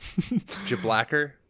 Jablacker